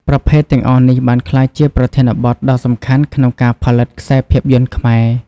ប្រភេទទាំងអស់នេះបានក្លាយជាប្រធានបទដ៏សំខាន់ក្នុងការផលិតខ្សែភាពយន្តខ្មែរ។